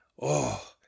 Oh